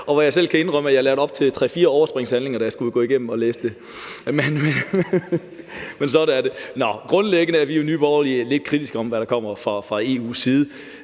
og hvor jeg selv kan indrømme, at jeg lagde op til tre-fire overspringshandlinger, da jeg skulle gå det igennem og læse det. Men sådan er det. Grundlæggende er vi jo i Nye Borgerlige lidt kritiske over for, hvad der kommer fra EU's side.